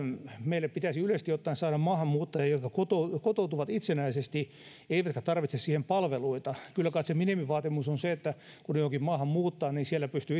meille pitäisi yleisesti ottaen saada maahanmuuttajia jotka kotoutuvat kotoutuvat itsenäisesti eivätkä tarvitse siihen palveluita kyllä kait se minimivaatimus on se että kun johonkin maahan muuttaa siellä pystyy